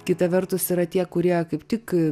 kita vertus yra tie kurie kaip tik